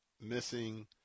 missing